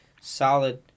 solid